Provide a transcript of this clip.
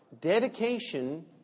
dedication